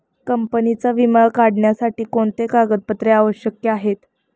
कंपनीचा विमा काढण्यासाठी कोणते कागदपत्रे आवश्यक आहे?